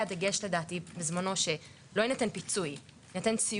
במשרד להגנת הסביבה שמי אבישי זהבי,